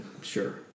Sure